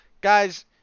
Guys